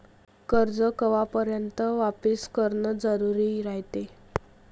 कर्ज कवापर्यंत वापिस करन जरुरी रायते?